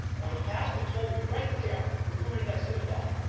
and the pastor told me right there when we were in that synagogue,